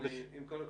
עם כל הכבוד,